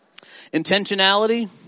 Intentionality